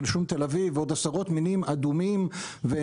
של שום תל אביב ועוד עשרות מינים אדומים ואנדמיים,